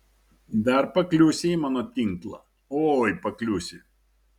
dar pakliūsi į mano tinklą oi pakliūsi